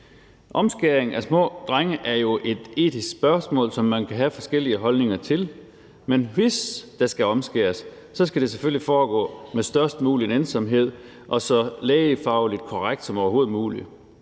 Omskæring af små drenge er jo et etisk spørgsmål, som man kan have forskellige holdninger til, men hvis der skal omskæres, skal det selvfølgelig foregå med størst mulig nænsomhed og så lægefagligt korrekt som overhovedet muligt.